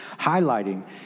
highlighting